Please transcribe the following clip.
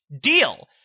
deal